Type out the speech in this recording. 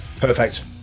Perfect